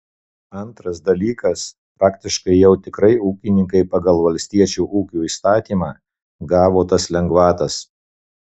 antras dalykas praktiškai jau tikrai ūkininkai pagal valstiečio ūkio įstatymą gavo tas lengvatas